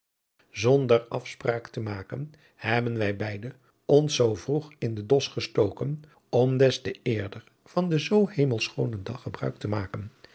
zonder afspraak te maken hebben wij beide ons zoo vroeg in den dos gestoken om des te eerder van den zoo hemelsch schoonen dag gebruik te maken